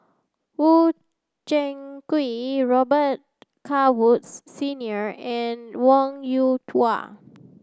Woo Zheng Quee Robet Carr Woods Senior and Wong Yoon Wah